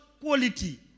quality